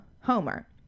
Homer